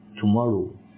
tomorrow